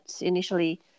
initially